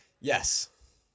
Yes